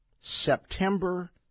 September